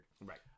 Right